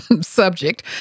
subject